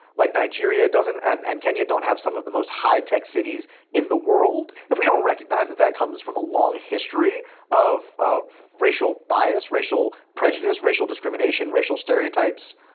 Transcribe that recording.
like nigeria doesn't and and kenya don't have some of the most high-tech cities in the world, if we don't recognize that that comes from a long history of of racial bias, racial prejudice, racial discrimination, racial stereotypes,